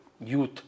youth